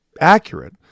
accurate